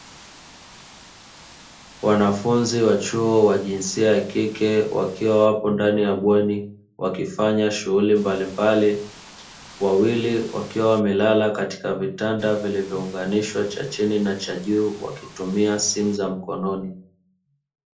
Wanafunzi wa chuo wa jinsia ya kike wakiwa wapo ndani ya bweni wakifanya shughuli mbalimbali, wawili wakiwa wamelala katika vitanda vilivyounganishwa cha chini na cha juu wakitumia simu za mkononi.